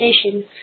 Station